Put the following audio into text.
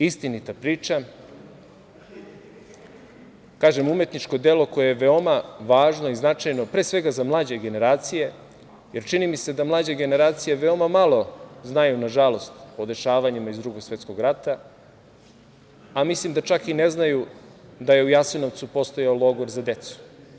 Istinita priča, kažem, umetničko delo koje je veoma važno i značajno, pre svega za mlađe generacije, jer čini mi se da mlađe generacije veoma malo znaju, nažalost, o dešavanjima iz Drugog svetskog rata, a mislim da čak i ne znaju da je u Jasenovcu postojao logor za decu.